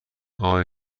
آیا